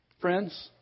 Friends